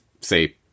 say